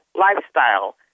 lifestyle